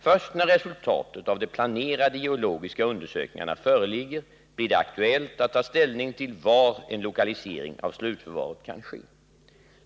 Först när resultatet av de planerade geologiska undersökningarna föreligger blir det aktuellt att ta ställning till var en lokalisering av ett slutförvar kan ske.